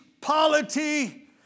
polity